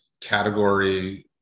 category